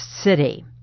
city